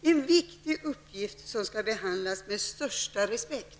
Det är en viktig uppgift som skall hanteras med största respekt.